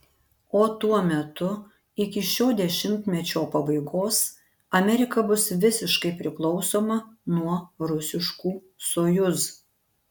o tuo metu iki šio dešimtmečio pabaigos amerika bus visiškai priklausoma nuo rusiškų sojuz